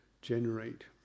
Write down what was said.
generate